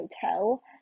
hotel